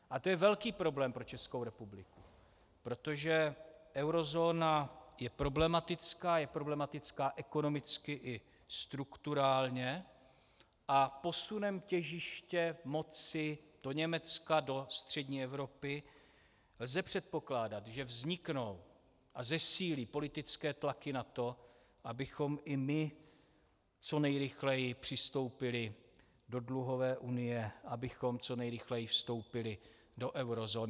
A to je velký problém pro Českou republiku, protože eurozóna je problematická, je problematická ekonomicky i strukturálně, a posunem těžiště moci do Německa, do střední Evropy, lze předpokládat, že vzniknou a zesílí politické tlaky na to, abychom i my co nejrychleji přistoupili do dluhové unie, abychom co nejrychleji vstoupili do eurozóny.